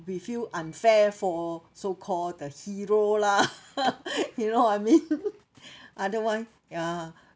we feel unfair for so-called the hero lah you know what I mean otherwise ya